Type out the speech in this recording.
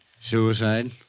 Suicide